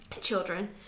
children